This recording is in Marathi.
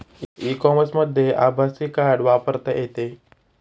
ई कॉमर्समध्ये आभासी कार्ड वापरता येते